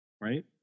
right